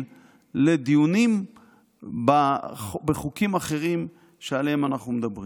לדיונים בחוקים אחרים שעליהם אנחנו מדברים.